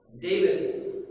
David